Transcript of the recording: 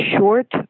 short